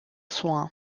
soin